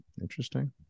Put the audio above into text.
Interesting